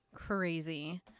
Crazy